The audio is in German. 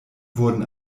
wurden